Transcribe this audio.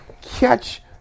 Catch